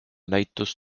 näitus